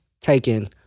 taken